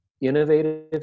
innovative